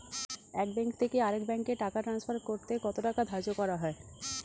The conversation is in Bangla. এক ব্যাংক থেকে আরেক ব্যাংকে টাকা টান্সফার করতে কত টাকা ধার্য করা হয়?